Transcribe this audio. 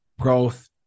growth